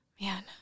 Man